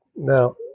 now